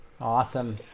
Awesome